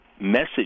message